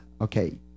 okay